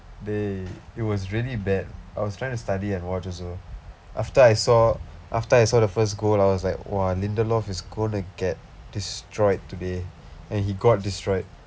dey it was really bad I was trying to study and watch also after I saw after I saw the first go lah I was like !wah! linda loft is gonna get destroyed today and he got destroyed